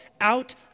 out